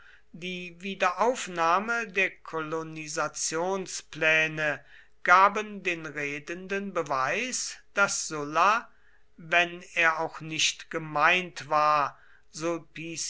die wiederaufnahme der kolonisationspläne gaben den redenden beweis daß sulla wenn er auch nicht gemeint war